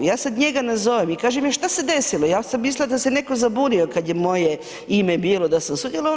Ja sada njega nazovem i kažem – što se desilo, ja sam mislila da se netko zabunio kada je moje ime bilo da sam sudjelovala.